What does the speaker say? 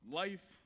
life